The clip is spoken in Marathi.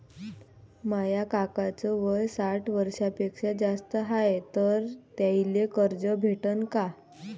माया काकाच वय साठ वर्षांपेक्षा जास्त हाय तर त्याइले कर्ज भेटन का?